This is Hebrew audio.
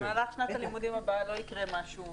במהלך שנת הלימודים הבאה לא יקרה משהו.